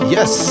yes